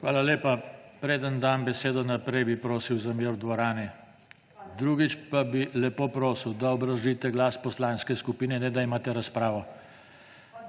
Hvala lepa. Preden dam besedo naprej, bi prosil za mir v dvorani. Drugič, pa bi lepo prosil, da obrazložite glas poslanske skupine, ne da imate razpravo.